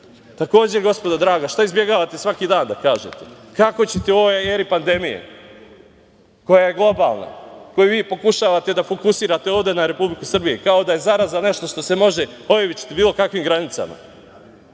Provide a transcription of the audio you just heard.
ovome. Takođe, gospodo draga, šta izbegavate svaki dan da kažete - kako ćete u ovoj eri pandemije koja je globalna, koju vi pokušavate da fokusirate ovde na Republiku Srbije kao da je zaraza nešto što se može oivičiti bilo kakvim granicama,